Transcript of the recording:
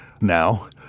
now